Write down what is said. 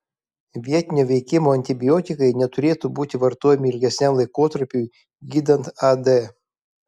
vietinio veikimo antibiotikai neturėtų būti vartojami ilgesniam laikotarpiui gydant ad